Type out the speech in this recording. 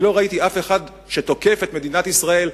לא ראיתי אף אחד שתוקף את מדינת ישראל,